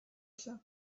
się